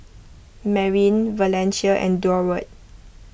Marin Valencia and Durward